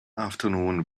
afternoon